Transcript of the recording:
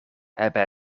hebben